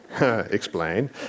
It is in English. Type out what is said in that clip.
Explain